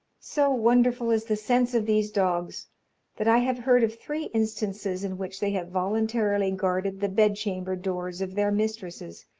so wonderful is the sense of these dogs that i have heard of three instances in which they have voluntarily guarded the bed-chamber doors of their mistresses,